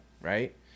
right